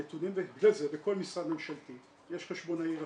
הנתונים, בכל משרד ממשלתי יש חשבונאי ראשי,